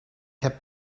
heb